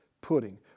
pudding